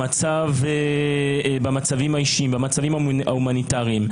במצבים האישיים, במצבים ההומניטריים.